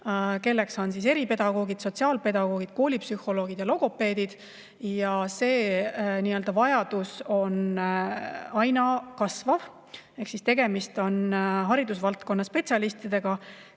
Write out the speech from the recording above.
kelleks on eripedagoogid, sotsiaalpedagoogid, koolipsühholoogid ja logopeedid – ja see vajadus aina kasvab. Tegemist on haridusvaldkonna spetsialistidega,